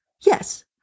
Yes